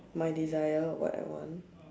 my desire of what I want